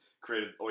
created